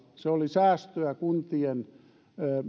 se oli säästöä kuntien